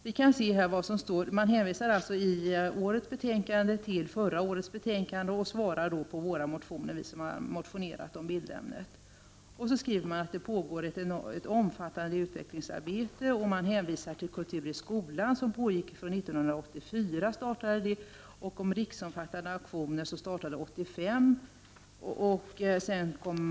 I årets betänkande svarar man på motionerna från oss som har motionerat om bildämnet genom att hänvisa till förra årets betänkande. Man skriver där att det pågår ett omfattande utvecklingsarbete och hänvisar till Kultur i skolan, som startade 1984, och till riksomfattande aktioner som startade 1985.